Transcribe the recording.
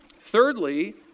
Thirdly